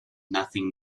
nothing